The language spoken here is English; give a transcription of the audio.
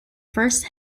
first